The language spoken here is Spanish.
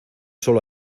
solo